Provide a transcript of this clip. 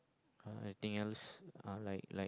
uh anything else uh like like